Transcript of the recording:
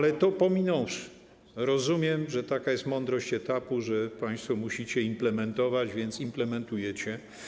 Jednak to pominąwszy, rozumiem, że taka jest mądrość etapu, że państwo musicie implementować, więc implementujecie.